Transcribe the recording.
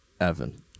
Evan